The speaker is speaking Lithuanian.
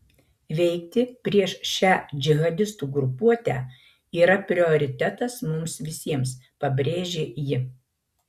veikti prieš šią džihadistų grupuotę yra prioritetas mums visiems pabrėžė ji